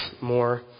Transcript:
more